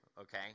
okay